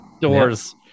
doors